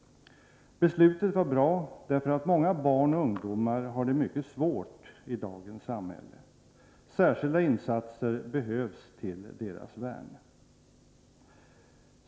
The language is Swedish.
Beslutet var bra därför att många barn och ungdomar har det mycket svårt i dagens samhälle. Särskilda insatser behövs till deras värn.